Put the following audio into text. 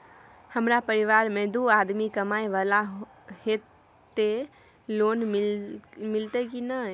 हमरा परिवार में दू आदमी कमाए वाला हे ते लोन मिलते की ने?